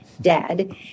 dead